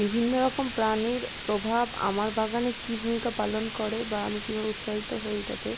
বিভিন্নরকম প্রাণীর প্রভাব আমার বাগানে কি ভূমিকা পালন করে বা আমি কীভাবে উৎসাহিত হই এইটাতে